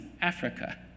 Africa